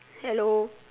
hello